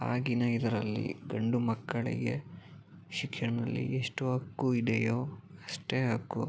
ಆಗಿನ ಇದರಲ್ಲಿ ಗಂಡು ಮಕ್ಕಳಿಗೆ ಶಿಕ್ಷಣದಲ್ಲಿ ಎಷ್ಟು ಹಕ್ಕು ಇದೆಯೋ ಅಷ್ಟೇ ಹಕ್ಕು